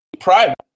private